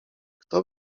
kto